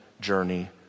journey